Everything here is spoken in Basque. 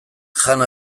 jan